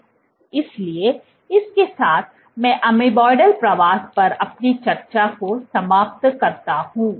इसलिए इसके साथ मैं amoeboidal प्रवास पर अपनी चर्चा को समाप्त करता हूं